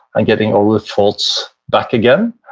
and getting only thoughts back again.